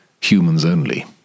humans-only